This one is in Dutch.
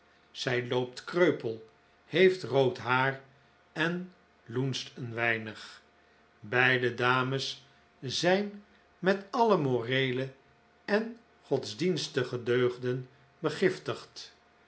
zij loopt kreupel heeft rood haar en loenscht een weinig beide dames zijn met alle moreele en godsdienstige deugden begiftigd